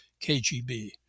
kgb